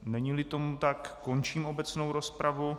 Neníli tomu tak, končím obecnou rozpravu.